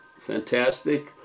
Fantastic